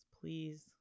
please